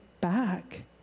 back